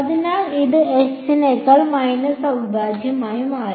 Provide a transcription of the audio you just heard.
അതിനാൽ ഇത് s നേക്കാൾ മൈനസ് അവിഭാജ്യമായി മാറി